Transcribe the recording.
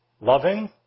loving